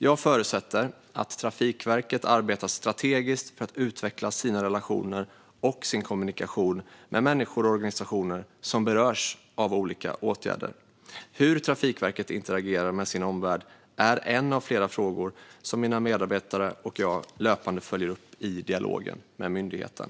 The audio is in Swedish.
Jag förutsätter att Trafikverket arbetar strategiskt för att utveckla sina relationer och sin kommunikation med människor och organisationer som berörs av olika åtgärder. Hur Trafikverket interagerar med sin omvärld är en av flera frågor som mina medarbetare och jag löpande följer upp i dialogen med myndigheten.